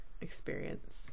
experience